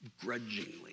grudgingly